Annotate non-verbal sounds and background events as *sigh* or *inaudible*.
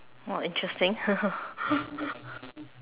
!wah! interesting *laughs*